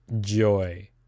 joy